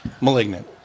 Malignant